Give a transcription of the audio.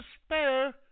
despair